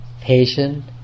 patience